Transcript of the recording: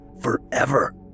forever